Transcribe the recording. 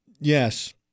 Yes